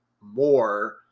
more